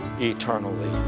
eternally